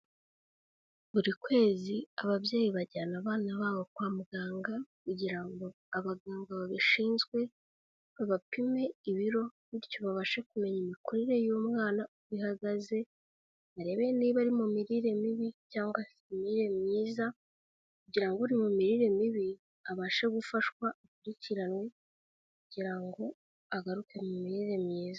Buri kwezi ababyeyi bajyana abana babo kwa muganga, kugira ngo abaganga babishinzwe babapime ibiro, bityo babashe kumenya imikurire y'umwana uko ihagaze, barebe niba ari mu mirire mibi cyangwa imirire myiza, kugira uri mu mirire mibi abashe gufashwa akurikiranwe, kugira ngo agaruke mu mirire myiza.